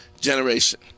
generation